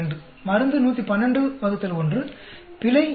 மருந்து 1121 பிழை 2